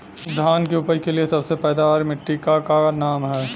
धान की उपज के लिए सबसे पैदावार वाली मिट्टी क का नाम ह?